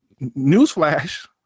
newsflash